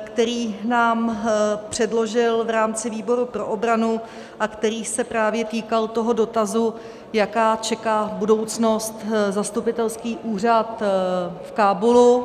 který nám předložil v rámci výboru pro obranu a který se právě týkal toho dotazu, jaká čeká budoucnost zastupitelský úřad v Kábulu.